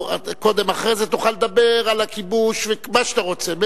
אחרי זה תוכל לדבר על הכיבוש ומה שאתה רוצה,